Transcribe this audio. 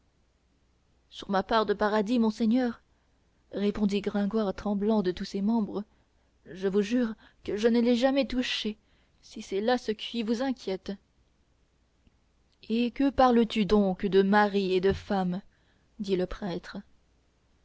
sur ma part de paradis monseigneur répondit gringoire tremblant de tous ses membres je vous jure que je ne l'ai jamais touchée si c'est là ce qui vous inquiète et que parles-tu donc de mari et de femme dit le prêtre